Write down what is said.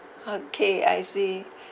okay I see